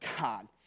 God